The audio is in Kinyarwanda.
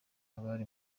abari